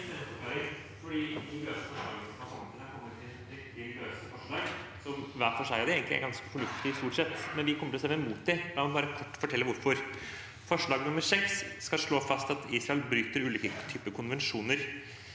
Forslag nr. 6 skal slå fast at Israel bryter ulike typer konvensjoner.